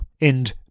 end